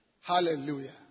Hallelujah